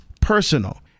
personal